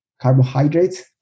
carbohydrates